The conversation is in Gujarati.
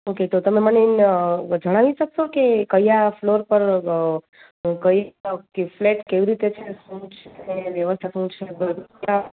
ઓકે તો તમે મને જણાવી શકશો કે કયા ફ્લોર પર હું કઈ ફ્લેટ કેવી રીતે શું છે વ્યવસ્થા શું છે બધું હા